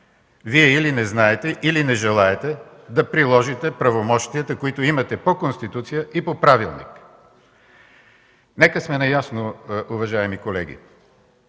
Вие или не знаете, или не желаете да приложите правомощията, които имате по Конституция и по правилник. Нека сме наясно, уважаеми колеги,